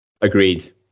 Agreed